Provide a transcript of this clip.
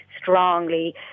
Strongly